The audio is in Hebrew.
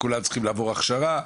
וכולם צריכים לעבור הכשרה.